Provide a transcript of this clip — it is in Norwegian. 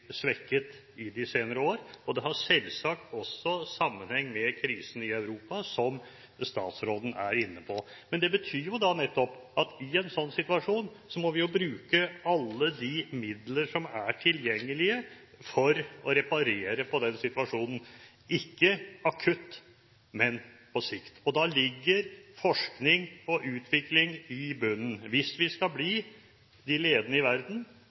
svekket i de senere år. Det har selvsagt også sammenheng med krisen i Europa, som statsråden var inne på. Det betyr nettopp at vi i en sånn situasjon må bruke alle de midler som er tilgjengelig for å reparere på den situasjonen – ikke akutt, men på sikt. Da ligger forskning og utvikling i bunnen. Hvis vi skal bli de ledende i verden